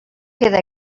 queda